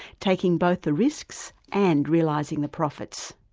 taking both the risks and realising the profits.